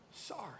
sorry